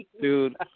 Dude